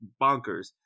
bonkers